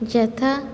यथा